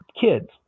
kids